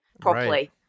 properly